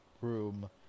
room